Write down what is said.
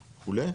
וכו'.